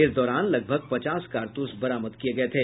इस दौरान लगभग पचास कारतूस बरामद किये गये थे